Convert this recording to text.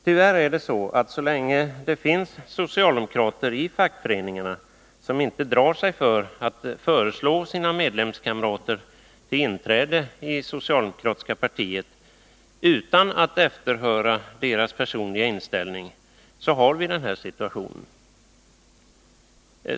Tyvärr är det så, att så länge det finns socialdemokrater i fackföreningarna som inte drar sig för att föreslå sina medlemskamrater till inträde i socialdemokratiska partiet utan att efterhöra deras personliga inställning, så har vi den här situationen.